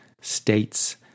states